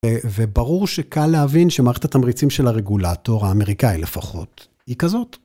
וברור שקל להבין שמערכת התמריצים של הרגולטור, האמריקאי לפחות, היא כזאת.